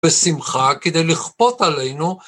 בשמחה כדי לכפות עלינו.